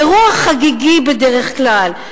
אירוע חגיגי בדרך כלל,